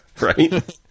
Right